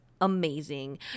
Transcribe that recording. amazing